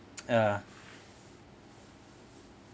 ah